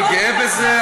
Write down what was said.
אני גאה בזה.